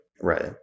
Right